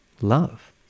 love